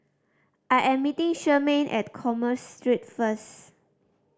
I am meeting Charmaine at Commerce Street first